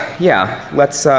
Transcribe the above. yeah. let's,